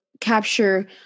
capture